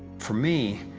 for me,